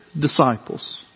disciples